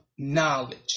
Knowledge